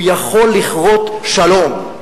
הוא יכול לכרות שלום,